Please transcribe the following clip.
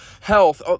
health